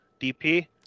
DP